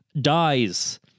dies